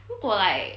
如果